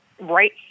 right